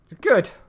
Good